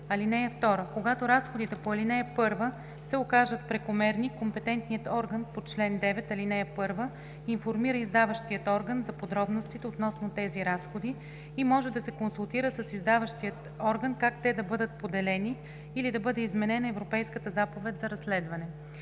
(2) Когато разходите по ал. 1 се окажат прекомерни, компетентният орган по чл. 9, ал. 1 информира издаващия орган за подробностите относно тези разходи и може да се консултира с издаващия орган как те да бъдат поделени или да бъде изменена Европейската заповед за разследване.